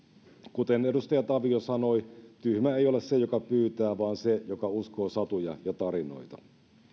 kuten edustaja tavio sanoi tyhmä ei ole se joka pyytää vaan se joka uskoo satuja ja tarinoita